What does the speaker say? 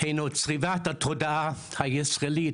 הינו צריבת התודעה הישראלית,